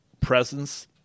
presence